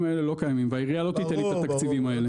האלה לא קיימים והעירייה לא תיתן לי את התקציבים האלה.